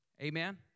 Amen